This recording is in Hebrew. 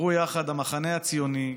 המחנה הציוני,